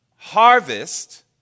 harvest